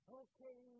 okay